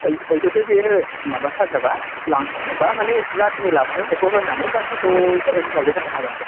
जुदि बियो माबाथारनोबा लांथारनोबा माने जाखिनि लाबोदों बेखौ होनानै बाखिखौ बेलेक दिनावबो होनो हागोन दे